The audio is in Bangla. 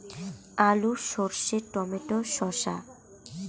আলু সর্ষে টমেটো শসা